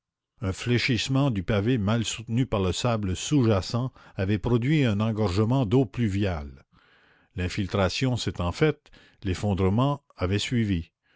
un fléchissement du pavé mal soutenu par le sable sous-jacent avait produit un engorgement d'eau pluviale l'infiltration s'étant faite l'effondrement avait suivi